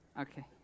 Okay